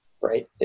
right